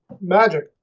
magic